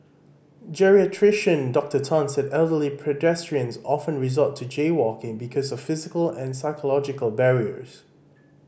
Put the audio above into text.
geriatrician Dr Tan said elderly pedestrians often resort to jaywalking because of physical and psychological barriers